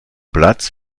platz